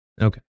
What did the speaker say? Okay